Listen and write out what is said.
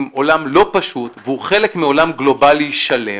עולם לא פשוט והוא חלק מעולם גלובלי שלם